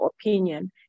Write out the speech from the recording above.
opinion